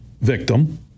victim